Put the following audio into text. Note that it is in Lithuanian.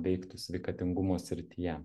veiktų sveikatingumo srityje